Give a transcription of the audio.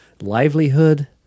livelihood